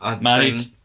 married